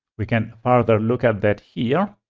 we can further look at that here.